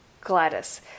Gladys